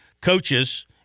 coaches